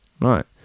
right